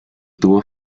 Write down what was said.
tuvo